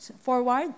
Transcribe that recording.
forward